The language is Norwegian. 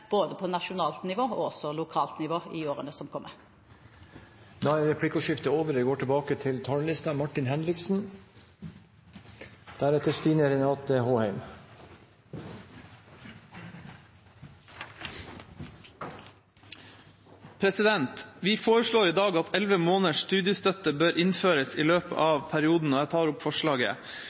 både på nasjonalt og lokalt nivå i årene som kommer. Replikkordskiftet er over. Arbeiderpartiet, Senterpartiet og SV foreslår i dag at elleve måneders studiestøtte bør innføres i løpet av stortingsperioden, og jeg tar herved opp forslaget.